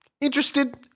Interested